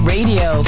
Radio